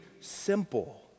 simple